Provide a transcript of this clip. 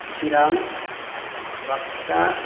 Chirang Baksa